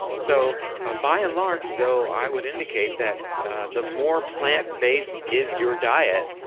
so ah by and large though, i would indicate that the more plant-based is your diet,